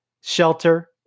shelter